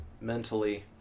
mentally